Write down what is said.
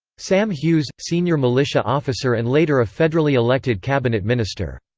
sam hughes senior militia officer and later a federally elected cabinet minister.